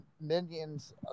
minions